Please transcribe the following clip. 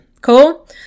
Cool